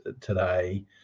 today